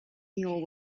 mule